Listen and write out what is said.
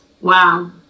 Wow